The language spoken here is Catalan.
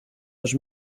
dos